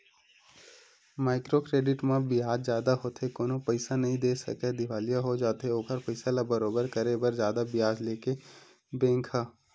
micro credit म बियाज जादा होथे कोनो पइसा नइ दे सकय दिवालिया हो जाथे ओखर पइसा ल बरोबर करे बर जादा बियाज लेथे बेंक ह